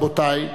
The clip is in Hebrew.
רבותי,